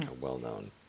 well-known